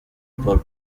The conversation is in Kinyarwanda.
paul